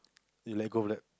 you let go of that